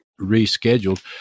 rescheduled